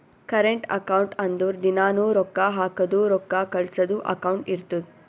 current account ಅಂದುರ್ ದಿನಾನೂ ರೊಕ್ಕಾ ಹಾಕದು ರೊಕ್ಕಾ ಕಳ್ಸದು ಅಕೌಂಟ್ ಇರ್ತುದ್